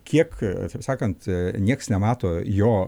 kiek taip sakant nieks nemato jo